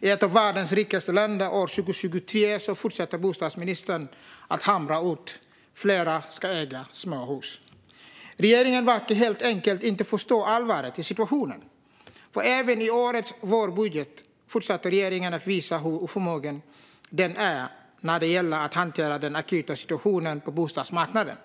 i ett av världens rikaste länder år 2023 fortsätter bostadsministern att hamra ut: Fler ska äga småhus. Regeringen verkar helt enkelt inte förstå allvaret i situationen, för även i årets vårbudget fortsatte regeringen att visa hur oförmögen den är när det gäller att hantera den akuta situationen på bostadsmarknaden.